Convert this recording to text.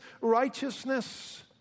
righteousness